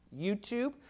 YouTube